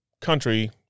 country